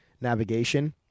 navigation